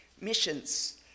missions